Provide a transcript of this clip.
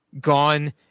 gone